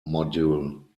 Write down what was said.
module